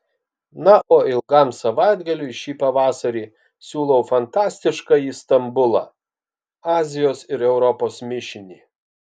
na o ilgam savaitgaliui šį pavasarį siūlau fantastiškąjį stambulą azijos ir europos mišinį